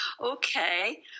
Okay